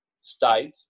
state